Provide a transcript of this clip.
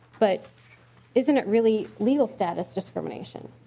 but isn't it really legal status discrimination?